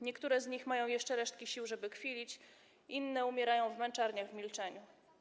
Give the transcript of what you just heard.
Niektóre z nich mają jeszcze resztki sił, żeby kwilić, inne umierają w męczarniach w milczeniu.